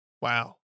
wow